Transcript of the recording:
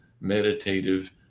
meditative